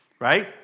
Right